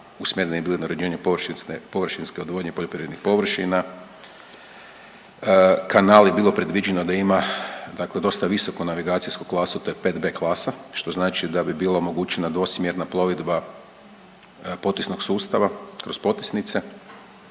se ne razumije./... površinske odvodnje poljoprivrednih površina, kanali, bilo predviđeno da ima dakle dosta visoko navigacijsku klasu, to je 5B klasa, što znači da bi bilo omogućeno dvosmjerna plovidba potisnog sustava kroz potisnice,